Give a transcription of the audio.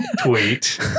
tweet